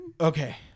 Okay